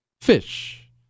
fish